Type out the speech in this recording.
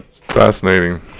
Fascinating